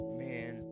man